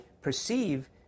perceive